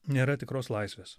nėra tikros laisvės